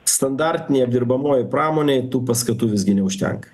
standartinei apdirbamai pramonei tų paskatų visgi neužtenka